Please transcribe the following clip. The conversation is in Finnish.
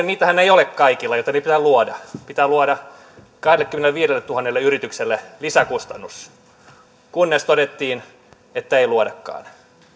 niitähän ei ole kaikilla joten ne pitää luoda pitää luoda kahdellekymmenelleviidelletuhannelle yritykselle lisäkustannus kunnes todettiin että ei luodakaan